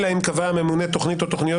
אלא אם קבע הממונה תוכנית או תוכניות